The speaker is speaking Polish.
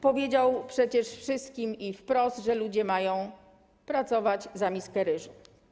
Powiedział przecież wszystkim wprost, że ludzie mają pracować za miskę ryżu.